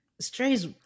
Stray's